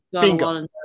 Bingo